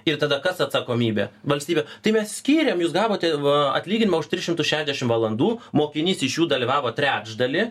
ir tada kas atsakomybė valstybė tai mes skyrėm jūs gavote va atlyginimą už tris šimtus šešiasdešim valandų mokinys iš jų dalyvavo trečdaly